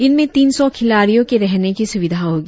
इनमे तीन सौ खिलाड़ियों के रहने की सुविधा होंगी